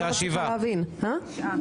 תשעה.